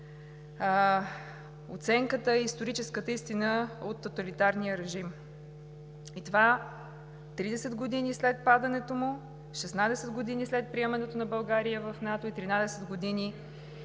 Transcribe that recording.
оценката и историческата истина от тоталитарния режим. И това е 30 години след падането му, 16 години след приемането на България в НАТО и 13 години